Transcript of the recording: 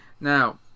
Now